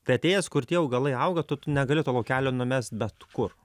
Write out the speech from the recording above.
tai atėjęs kur tie augalai auga tu tu negali to laukelio numest bet kur